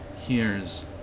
hears